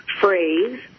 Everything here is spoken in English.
phrase